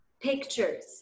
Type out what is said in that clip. pictures